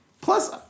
plus